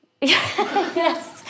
Yes